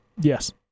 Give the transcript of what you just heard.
Yes